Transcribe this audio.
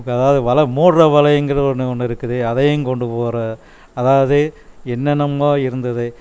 அதாவது வலை மூடுற வலைங்கிறது ஒன்று ஒன்று இருக்குது அதையும் கொண்டு போகிறேன் அதாவது என்னென்னமோ இருந்தது